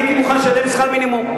אני הייתי מוכן לשלם שכר מינימום.